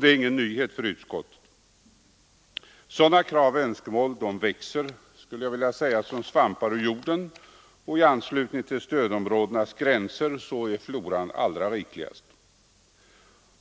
Det är ingen nyhet för utskottet; sådana krav och önskemål växer upp som svampar ur jorden, och i anslutning till stödområdenas gränser är floran rikligast.